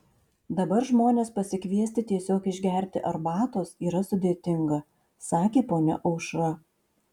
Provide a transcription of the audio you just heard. dabar žmones pasikviesti tiesiog išgerti arbatos yra sudėtinga sakė ponia aušra